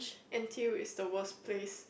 n_t_u is the worst place